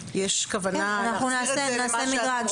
נעשה מדרג.